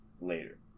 later